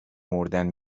مردن